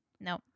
No